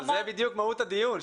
אבל זה בדיוק מהות הדיון,